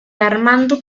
armando